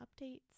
updates